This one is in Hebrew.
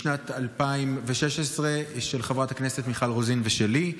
משנת 2016 של חברת הכנסת מיכל רוזין ושלי.